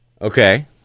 okay